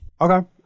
okay